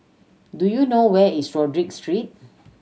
do you know where is Rodyk Street